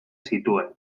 zituen